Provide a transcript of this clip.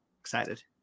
Excited